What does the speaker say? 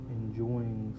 enjoying